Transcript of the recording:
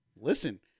listen